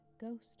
ghost